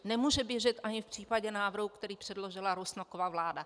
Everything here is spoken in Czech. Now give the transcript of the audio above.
Nemůže běžet ani v případě návrhu, který předložila Rusnokova vláda.